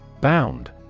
Bound